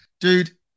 dude